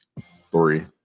Three